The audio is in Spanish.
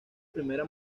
primera